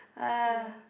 uh